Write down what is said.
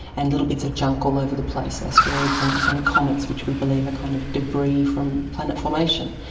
and little bits of junk all over the place, asteroids and and comets which we believe are kind of debris from planet formation.